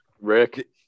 Rick